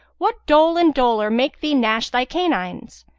what dole and dolour make thee gnash thy canines?